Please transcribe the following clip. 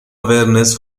awareness